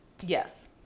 Yes